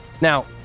Now